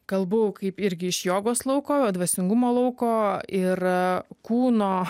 kalbu kaip irgi iš jogos lauko dvasingumo lauko ir kūno